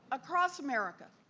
across america,